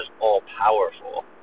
all-powerful